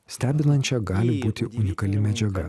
stebinančia gali būti unikali medžiaga